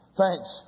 thanks